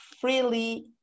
freely